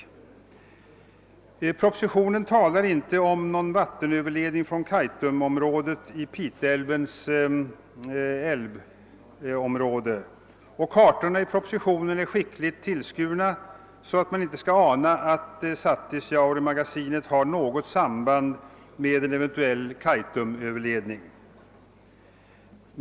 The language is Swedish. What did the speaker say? I propositionen talas inte om någon vattenöverledning från Kaitumjaure och Piteälvens älvområde. Kartorna i propositionen är skickligt tillskurna, så att man inte skall ana att Satisjauremagasinet har något samband med en eventuell Kaitumöverledning.